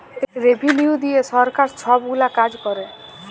revenue দিঁয়ে সরকার ছব গুলা কাজ ক্যরে